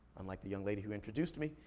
unlike the young lady who introduced me,